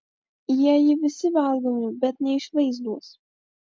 jieji visi valgomi bet neišvaizdūs